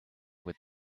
with